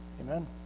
Amen